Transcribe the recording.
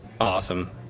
Awesome